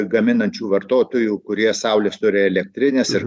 gaminančių vartotojų kurie saulės turi elektrines ir